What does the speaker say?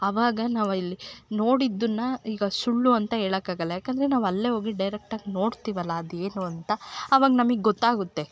ಅವಾಗ ನಾವು ಇಲ್ಲಿ ನೋಡಿದ್ದು ಈಗ ಸುಳ್ಳು ಅಂತ ಹೇಳೋಕ್ಕಾಗಲ್ಲ ಯಾಕಂದರೆ ನಾವು ಅಲ್ಲೇ ಹೋಗಿ ಡೈರೆಕ್ಟಾಗಿ ನೋಡ್ತಿವಿ ಅಲ ಅದೇನು ಅಂತ ಆವಾಗ ನಮಗ್ ಗೊತ್ತಾಗುತ್ತೆ